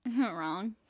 Wrong